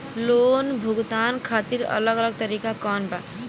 Loan भुगतान खातिर अलग अलग तरीका कौन बा?